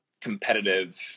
competitive